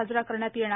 साजरा करण्यात येणार